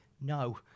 No